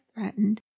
threatened